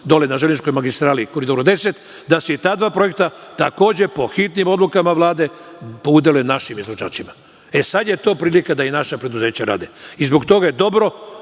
dole na železničkoj magistrali Koridora 10, da se i ta dva projekta, takođe po hitnim odlukama Vlade, udele našim izvođačima. Sada je to prilika da i naša preduzeća rade. Zbog toga je dobro,